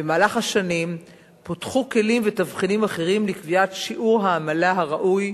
במהלך השנים פותחו כלים ותבחינים אחרים לקביעת שיעור העמלה הראוי,